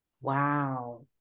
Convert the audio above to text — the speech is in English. wow